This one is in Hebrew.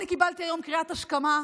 אני קיבלתי היום קריאת השכמה.